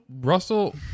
Russell